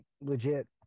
legit